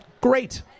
Great